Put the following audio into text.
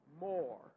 more